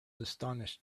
astonished